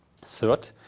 Third